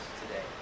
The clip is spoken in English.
today